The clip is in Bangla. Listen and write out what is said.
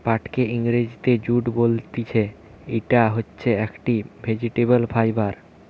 পাটকে ইংরেজিতে জুট বলতিছে, ইটা হচ্ছে একটি ভেজিটেবল ফাইবার